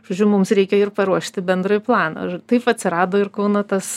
žodžiu mums reikia ir paruošti bendrąjį planą taip atsirado ir kauno tas